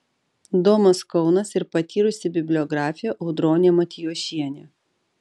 domas kaunas ir patyrusi bibliografė audronė matijošienė